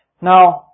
Now